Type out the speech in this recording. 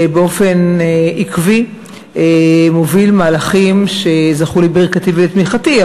כך שבאופן עקבי הוא מוביל מהלכים שזכו לברכתי ולתמיכתי,